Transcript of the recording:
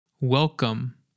Welcome